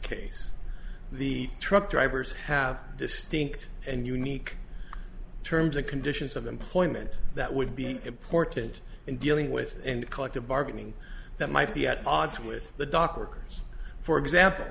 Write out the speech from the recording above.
case the truck drivers have distinct and unique terms and conditions of employment that would be important in dealing with and collective bargaining that might be at odds with the dock workers for example